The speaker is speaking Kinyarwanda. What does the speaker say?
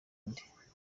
inde